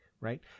right